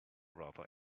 rather